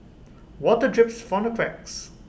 water drips from the cracks